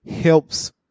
helps